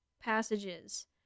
passages